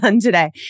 today